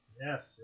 Yes